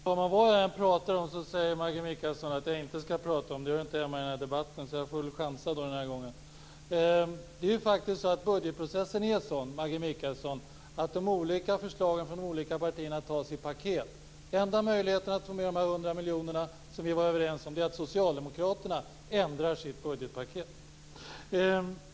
Fru talman! Vad jag än pratar om säger Maggi Mikaelsson att jag inte skall prata om det och att det inte hör hemma i den här debatten. Jag får väl chansa den här gången. Budgetprocessen är sådan att de olika förslagen från de olika partierna tas i ett paket. Den enda möjligheten att få med de 100 miljoner som vi var överens om är att socialdemokraterna ändrar sitt budgetpaket.